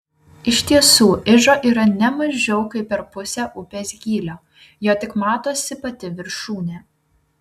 iš tiesų ižo yra ne mažiau kaip per pusę upės gylio jo tik matosi pati viršūnė